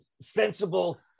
sensible